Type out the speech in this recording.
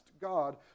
God